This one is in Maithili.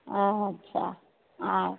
अच्छा आ